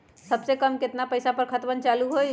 सबसे कम केतना पईसा पर खतवन चालु होई?